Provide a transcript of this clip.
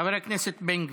חבר הכנסת בן גביר,